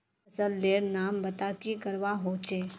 फसल लेर नाम बता की करवा होचे?